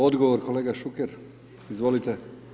Odgovor kolega Šuker, izvolite.